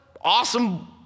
awesome